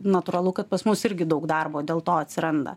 natūralu kad pas mus irgi daug darbo dėl to atsiranda